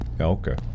okay